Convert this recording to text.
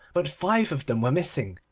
but five of them were missing,